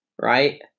right